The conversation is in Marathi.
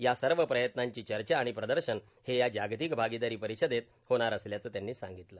यासर्व प्रयत्नांची चर्चा आणि प्रदर्शन हे या जागतिक भागिदारी परिषदेत होणार असल्याचे त्यांनी सांगितलं